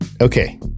Okay